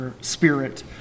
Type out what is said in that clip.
Spirit